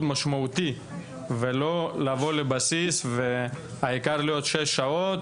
משמעותי ולא לבוא לבסיס והעיקר להיות שש שעות